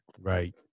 right